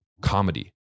comedy